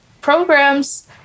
programs